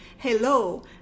Hello